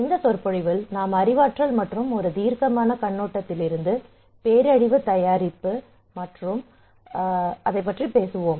இந்த சொற்பொழிவில் நாம் அறிவாற்றல் மற்றும் ஒரு தீர்க்கமான கண்ணோட்டத்திலிருந்து பேரழிவு தயாரிப்பு பற்றி பேசுவோம்